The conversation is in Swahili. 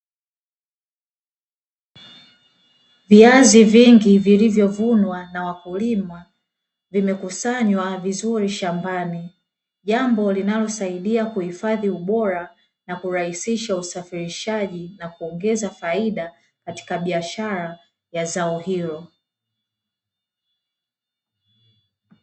Viazi vingi vilivyovunwa na wakulima vimekusanywa vizuri shambani. Jambo linalosaidia kuhifadhi ubora na kurahisisha usafirishaji na kuongeza faida katika biashara ya zao hilo.